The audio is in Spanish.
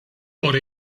por